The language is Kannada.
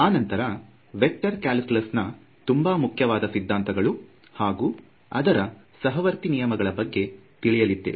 ಅನಂತರ ವೆಕ್ಟರ್ ಕಲ್ಕ್ಯುಲಸ್ ನ ತುಂಬಾ ಮುಖ್ಯವಾದ ಸಿದ್ಧಾಂತಗಳುಹಾಗೂ ಅದರ ಸಹವರ್ತಿ ನಿಯಮಗಳ ಬಗ್ಗೆ ತಿಳಿಯಲಿದ್ದೇವೆ